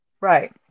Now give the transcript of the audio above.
Right